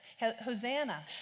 Hosanna